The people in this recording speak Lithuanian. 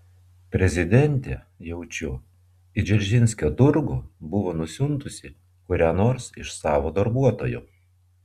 prezidentė jaučiu į dzeržinskio turgų buvo nusiuntusi kurią nors iš savo darbuotojų